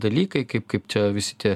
dalykai kaip kaip čia visi tie